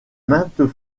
maintes